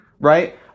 right